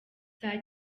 saa